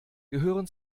gehören